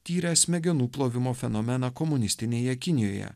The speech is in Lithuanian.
tyrę smegenų plovimo fenomeną komunistinėje kinijoje